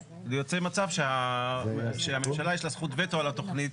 יוצא מצב שהממשלה, יש לה זכות וטו על התוכנית